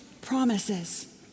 promises